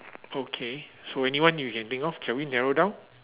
okay so anyone you can think of can we narrow down